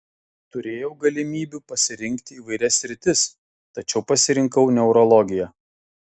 turėjau galimybių pasirinkti įvairias sritis tačiau pasirinkau neurologiją